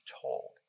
told